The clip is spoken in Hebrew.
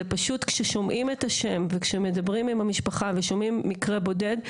זה פשוט כששומעים את השם וכשמדברים עם המשפחה ושומעים מקרה בודד,